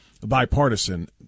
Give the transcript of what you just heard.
bipartisan